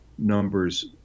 numbers